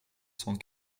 cent